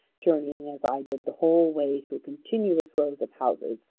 journeying as i did the whole way through continuous rows of houses,